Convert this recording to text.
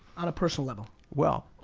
on a personal level? well,